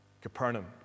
Capernaum